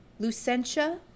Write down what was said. Lucentia